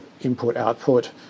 input-output